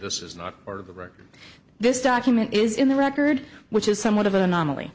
this is not or greg this document is in the record which is somewhat of an anomaly